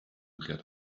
get